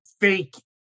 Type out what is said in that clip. fake